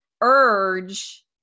urge